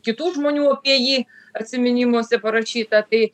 kitų žmonių apie jį atsiminimuose parašyta tai